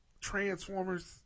Transformers